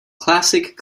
classic